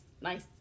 nice